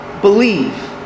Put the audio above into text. believe